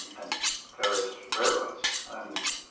and various railroads. and